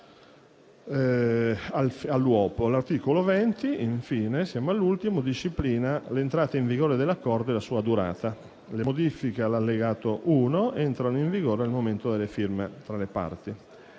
all'uopo. L'articolo 20, infine, disciplina l'entrata in vigore dell'Accordo e la sua durata. Le modifiche all'Allegato 1 entrano in vigore al momento della firma fra le parti.